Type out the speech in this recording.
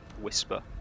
whisper